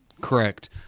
Correct